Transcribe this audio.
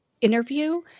interview